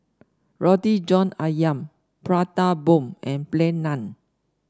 Roti John ayam Prata Bomb and Plain Naan